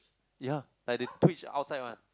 ya like they twist outside one